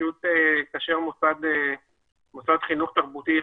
כאשר מוסד חינוך תרבותי ייחודי,